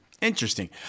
Interesting